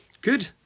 Good